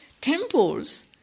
temples